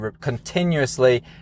continuously